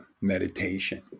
meditation